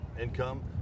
income